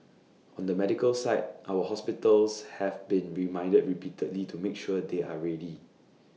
on the medical side our hospitals have been reminded repeatedly to make sure they are ready